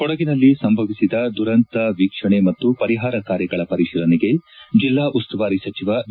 ಕೊಡಗಿನಲ್ಲಿ ಸಂಭವಿಸಿದ ದುರಂತ ವೀಕ್ಷಣೆ ಮತ್ತು ಪರಿಹಾರ ಕಾರ್ಯಗಳ ಪರಿಶೀಲನೆಗೆ ಜೆಲ್ಲಾ ಉಸ್ತುವಾರಿ ಸಚಿವ ವಿ